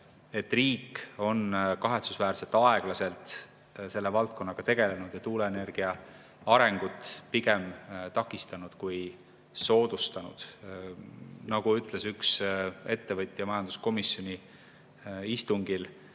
et riik on kahetsusväärselt aeglaselt selle valdkonnaga tegelenud ja tuuleenergia arengut pigem takistanud kui soodustanud. Nagu ütles üks ettevõtja majanduskomisjoni istungil,